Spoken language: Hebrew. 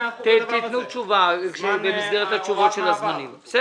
תתנו תשובה במסגרת התשובות של הזמנים.